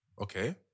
Okay